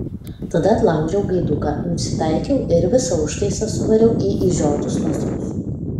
tada atlaužiau gaiduką nusitaikiau ir visą užtaisą suvariau į išžiotus nasrus